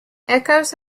echoes